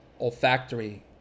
olfactory